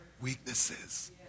weaknesses